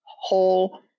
whole